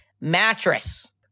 mattress